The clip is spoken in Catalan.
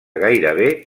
gairebé